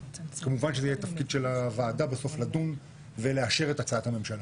כמובן שזה יהיה התפקיד של הוועדה בסוף לדון ולאשר את הצעת הממשלה.